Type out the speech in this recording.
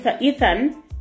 ethan